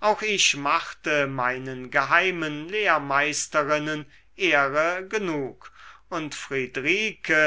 auch ich machte meinen geheimen lehrmeisterinnen ehre genug und friedrike